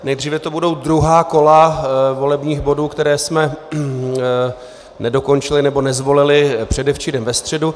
Nejdříve tu budou druhá kola volebních bodů, které jsme nedokončili nebo nezvolili předevčírem ve středu.